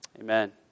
Amen